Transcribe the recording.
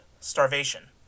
starvation